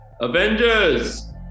Avengers